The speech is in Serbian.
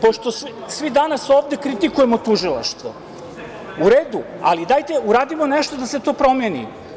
Pošto svi danas ovde kritikujemo Tužilaštvo, u redu, ali dajte uradimo nešto da se to promeni.